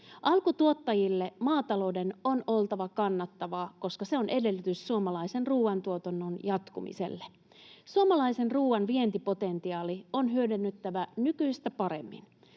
Alkutuottajille maatalouden on oltava kannattavaa, koska se on edellytys suomalaisen ruoantuotannon jatkumiselle. Suomalaisen ruoan vientipotentiaali on hyödynnettävä nykyistä paremmin.